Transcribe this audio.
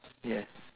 yes